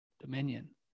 dominion